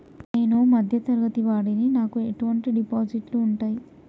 నేను మధ్య తరగతి వాడిని నాకు ఎటువంటి డిపాజిట్లు ఉంటయ్?